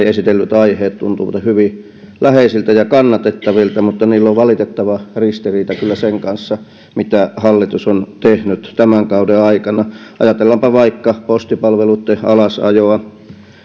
esitellyt aiheet tuntuvat hyvin läheisiltä ja kannatettavilta mutta niillä on valitettava ristiriita kyllä sen kanssa mitä hallitus on tehnyt tämän kauden aikana ajatellaanpa vaikka postipalveluitten alasajoa